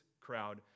crowd